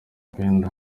wenda